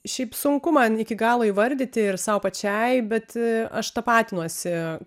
šiaip sunku man iki galo įvardyti ir sau pačiai bet aš tapatinuosi